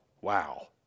Wow